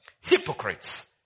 Hypocrites